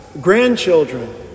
grandchildren